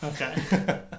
Okay